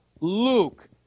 Luke